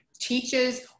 teaches